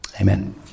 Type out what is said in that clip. Amen